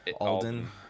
Alden